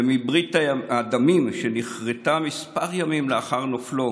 ומברית הדמים שנכרתה כמה ימים לאחר נופלו